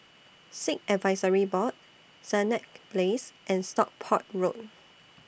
Sikh Advisory Board Senett Place and Stockport Road